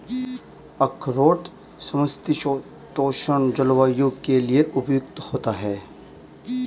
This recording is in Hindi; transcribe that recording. अखरोट समशीतोष्ण जलवायु के लिए उपयुक्त होता है